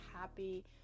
happy